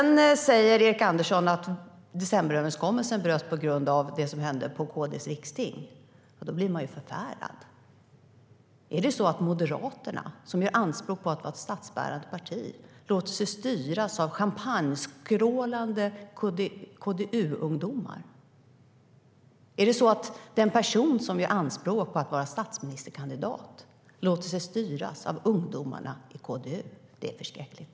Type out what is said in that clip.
När Erik Andersson säger att decemberöverenskommelsen bröts på grund av det som hände på KD:s riksting blir jag förfärad. Är det så att Moderaterna, som gör anspråk på att vara ett statsbärande parti, låter sig styras av champagneskrålande KDU-ungdomar? Är det så att den person som gör anspråk på att vara statsministerkandidat låter sig styras av ungdomarna i KDU? Det är förskräckligt.